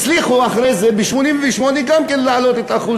הצליחו אחרי זה, ב-1988, להעלות את אחוז